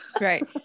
Right